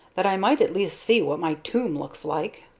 that i might at least see what my tomb looks like!